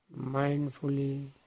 mindfully